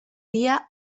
dia